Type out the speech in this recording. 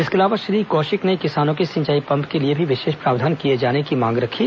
इसके अलावा श्री कौशिक ने किसानों के सिंचाई पंप के लिए भी विशेष प्रावधान किए जाने की मांग रखी